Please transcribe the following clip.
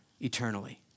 eternally